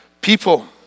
people